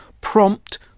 prompt